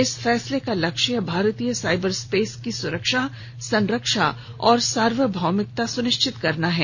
इस फैसले का लक्ष्य भारतीय साइबर स्पेस की सुरक्षा संरक्षा और सार्वभौमिकता सुनिश्चित करना है